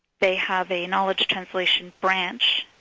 they have a knowledge translation branch.